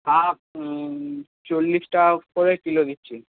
শাক চল্লিশ টাকা করে কিলো দিচ্ছি